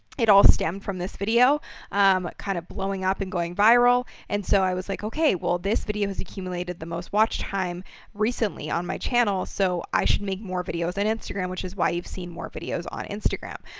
it all stemmed from this video um kind of blowing up and going viral. and so i was like, okay, well, this video has accumulated the most watch time recently on my channel, so i should make more videos in and instagram. which is why you've seen more videos on instagram.